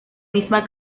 misma